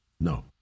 no